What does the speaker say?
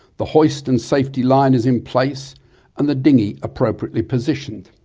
the hoist and safety line is in place and the dinghy appropriately positioned.